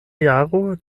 jaro